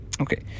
Okay